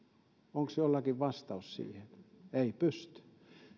onko jollakin vastaus siihen ei pysty